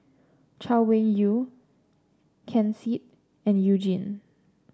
Chay Weng Yew Ken Seet and You Jin